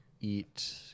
eat